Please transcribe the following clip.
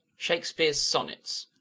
shakespeare's sonnets